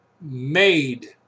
made